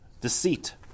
deceit